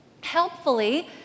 Helpfully